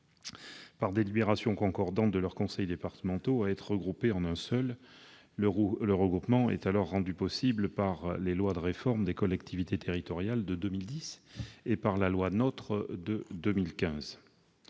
par délibérations concordantes de leurs conseils départementaux, à être regroupés en un seul. Le regroupement est rendu possible par les lois de réforme des collectivités territoriales de 2010 et NOTRe de 2015.